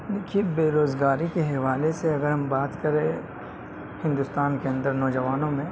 دیکھیے بےروزگاری کے حوالے سے اگر ہم بات کریں ہندوستان کے اندر نوجوانوں میں